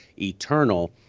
eternal